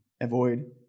Avoid